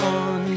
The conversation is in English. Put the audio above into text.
on